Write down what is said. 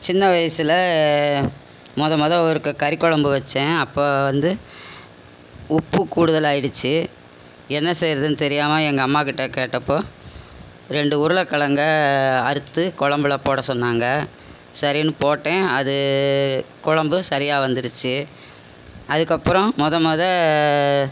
சின்ன வயசில் மொதல் மொதல் ஒரு க கறிக் குழம்பு வச்சேன் அப்போது வந்து உப்பு கூடுதலாயிடுச்சி என்ன செய்கிறதுன்னு தெரியாமல் எங்கள் அம்மாகிட்டே கேட்டப்போ ரெண்டு உருளைக்கிழங்க அறுத்து குழம்புல போட்டால் சொன்னாங்க சரின்னு போட்டேன் அது கொழம்பு சரியாக வந்துடுச்சு அதுக்கப்புறம் மொதல் மொதல்